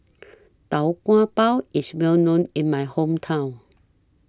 Tau Kwa Pau IS Well known in My Hometown